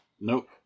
Nope